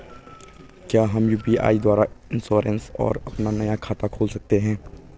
क्या हम यु.पी.आई द्वारा इन्श्योरेंस और अपना नया खाता खोल सकते हैं?